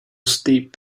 steep